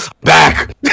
Back